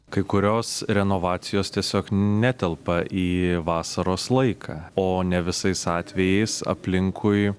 kai kurios renovacijos tiesiog netelpa į vasaros laiką o ne visais atvejais aplinkui